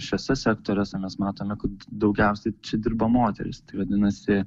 šiuose sektoriuose mes matome kad daugiausia čia dirba moterys vadinasi